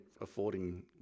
affording